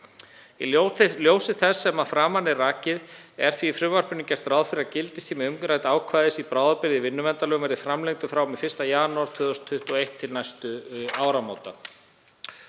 Í ljósi þess sem að framan er rakið er því í frumvarpinu gert ráð fyrir að gildistími umrædds ákvæðis til bráðabirgða í vinnuverndarlögum verði framlengdur frá og með 1. janúar 2021 til næstu áramóta.